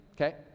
okay